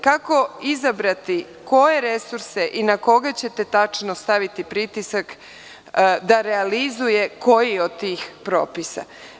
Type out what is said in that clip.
Kako izabrati, koje resurse i na koga ćete tačno staviti pritisak da realizuje koji od tih propisa?